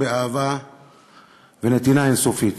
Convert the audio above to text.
באהבה ונתינה אין-סופית.